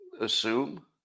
assume